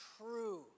true